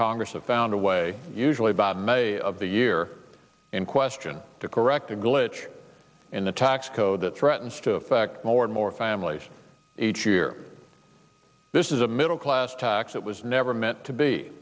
congress have found a way usually about may of the year in question to correct a glitch in the tax code that threatens to affect more and more families each year this is a middle class tax that was never meant to be